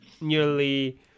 nearly